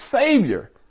Savior